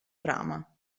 trama